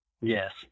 yes